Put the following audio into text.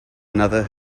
another